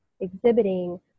exhibiting